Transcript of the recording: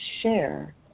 share